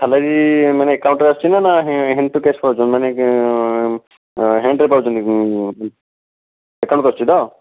salary ମାନେ ଆକାଉଣ୍ଟରେ ଆସୁଛିନା ନା ହ୍ୟାଣ୍ଡ ଟୁ କ୍ୟାସ୍ ପାଉଛନ୍ତି ମାନେ ହ୍ୟାଣ୍ଡରେ ପାଉଛନ୍ତି ଆକାଉଣ୍ଟକୁ ଆସୁଛି ତ